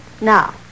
Now